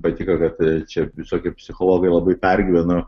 patiko kad čia visokie psichologai labai pergyveno